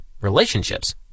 relationships